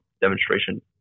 demonstration